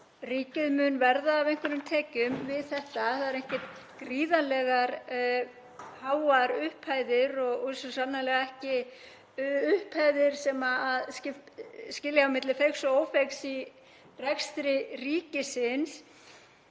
ríkið mun verða af einhverjum tekjum við þetta. Þetta eru ekkert gríðarlega háar upphæðir og svo sannarlega ekki upphæðir sem skilji á milli feigs og ófeigs í rekstri ríkisins